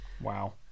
Wow